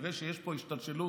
ותראה שיש פה השתלשלות.